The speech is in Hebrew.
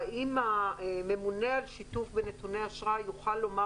האם הממונה על שיתוף ונתוני אשראי יוכל לומר